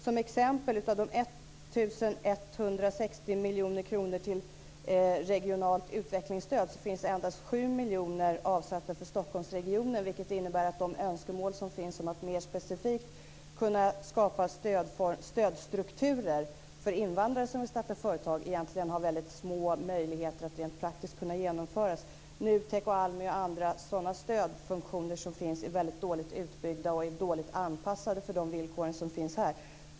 Som exempel kan jag nämna att av de 1 160 miljoner kronor som finns för regionalt utvecklingsstöd har endast 7 miljoner avsatts för Stockholmsregionen. Det innebär att de önskemål som finns om att mer specifikt kunna skapa stödstrukturer för invandrare som vill starta företag egentligen har mycket små möjligheter att rent praktiskt kunna genomföras. NUTEK, ALMI och andra sådana stödfunktioner som finns är mycket dåligt utbyggda och dåligt anpassade för de villkor som finns här.